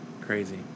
crazy